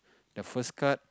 the first card